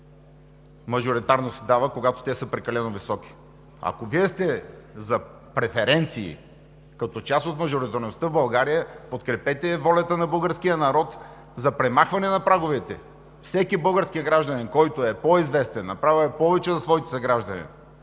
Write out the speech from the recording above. мажоритарност се дава, когато те са прекалено високи? Ако Вие сте за преференции като част от мажоритарността в България, подкрепете волята на българския народ за премахване на праговете. Всеки български гражданин, който е по-известен, направил е повече за своите съграждани